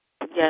Yes